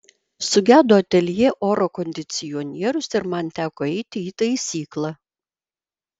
sugedo ateljė oro kondicionierius ir man teko eiti į taisyklą